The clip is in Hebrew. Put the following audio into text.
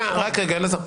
רק רגע, אלעזר.